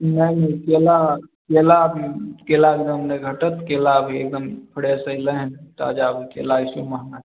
नहि नहि केला केला केलाके दाम नहि घटत केला भी एकदम फ्रेश अयलै हन ताजा केला ऐसेहियो महॅंगा